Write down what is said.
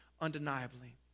undeniably